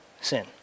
sin